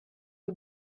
you